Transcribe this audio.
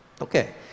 Okay